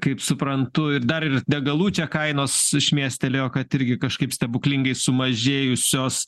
kaip suprantu ir dar ir degalų čia kainos šmėstelėjo kad irgi kažkaip stebuklingai sumažėjusios